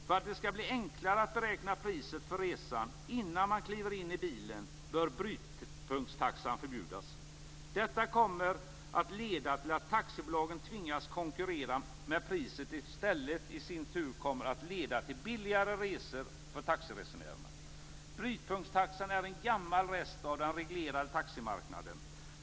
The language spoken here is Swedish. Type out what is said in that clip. För att det skall bli enklare att beräkna priset för resan innan man kliver in i bilen bör brytpunktstaxan förbjudas. Detta kommer att leda till att taxibolagen tvingas att konkurrera med priset, vilket i sin tur kommer att leda till billigare resor för taxiresenärerna. Brytpunktstaxan är en gammal rest av den reglerade taximarknaden.